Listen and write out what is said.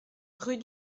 rue